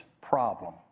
problem